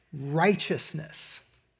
righteousness